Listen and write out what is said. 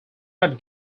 had